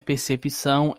percepção